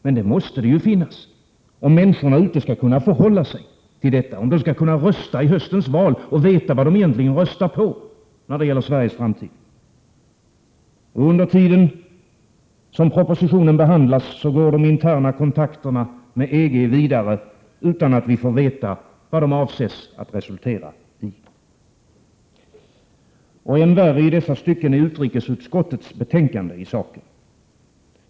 Men det måste det ju finnas, om människorna skall kunna förhålla sig till detta, om de skall kunna rösta i höstens val och veta vad de egentligen röstar på när det gäller Sveriges framtid. Och under tiden som propositionen behandlas går de interna kontakterna med EG vidare, utan att vi får veta vad de avses resultera i. Och än värre i dessa stycken är utrikesutskottets betänkande i saken.